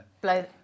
Blow